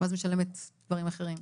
והיא משלמת דברים אחרים.